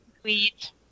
Sweet